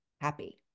happy